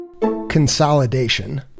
Consolidation